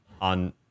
on